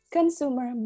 Consumer